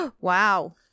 Wow